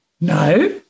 No